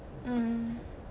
mm